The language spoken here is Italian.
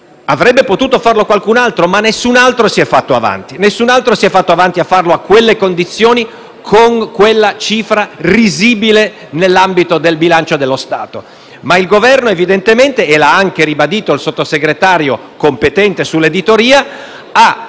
Avrebbe potuto farlo qualcun altro, ma nessun altro si è fatto avanti; nessun altro si è fatto avanti a quelle condizioni, con quella cifra risibile nell'ambito del bilancio dello Stato. Eppure, il Governo evidentemente - e lo ha anche ribadito il Sottosegretario competente sull'editoria - ha